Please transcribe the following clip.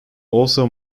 also